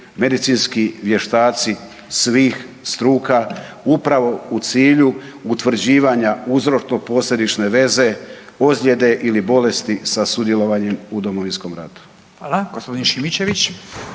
medicinski vještaci svih struka upravo u cilju utvrđivanja uzročno-posljedične veze, ozlijede ili bolesti sa sudjelovanjem u Domovinskom ratu. **Radin, Furio